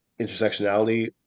intersectionality